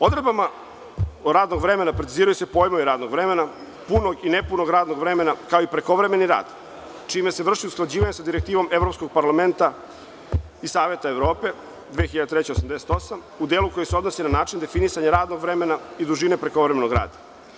Potrebama radnog vremena preciziraju se pojmovi radnog vremena, punog i ne punog radnog vremena, kao i prekovremeni rad, čime se vrši usklađivanje sa direktivom Evropskog parlamenta i Saveta Evrope 2003/88 u delu koji se odnosi na način definisanja radnog vremena i dužine prekovremenog rada.